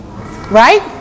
Right